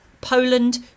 Poland